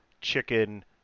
chicken